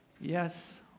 Yes